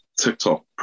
TikTok